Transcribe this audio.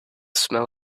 smell